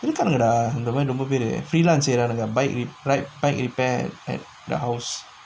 இருக்கானுங்கடா இந்த மாரி ரொம்ப பேரு:irukaanunggadaa intha maari romba peru freelance செய்ரானுங்க:seiraanungga bike rep~ bike repair at the house